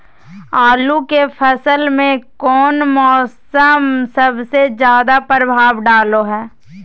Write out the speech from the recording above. आलू के फसल में कौन मौसम सबसे ज्यादा प्रभाव डालो हय?